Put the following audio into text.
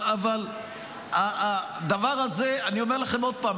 אבל אני אומר לכם עוד פעם,